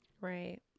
Right